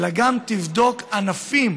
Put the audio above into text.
אלא גם תבדוק ענפים